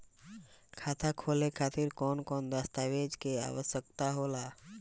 खाता खोले खातिर कौन कौन दस्तावेज के आवश्यक होला?